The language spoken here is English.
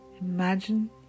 Imagine